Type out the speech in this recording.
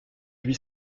lui